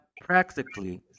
practically